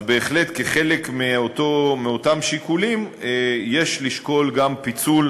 אז בהחלט כחלק מאותם שיקולים יש לשקול גם פיצול